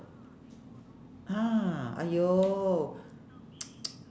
!huh! !aiyo!